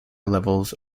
levels